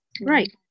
Right